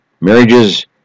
Marriages